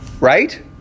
Right